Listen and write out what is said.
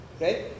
right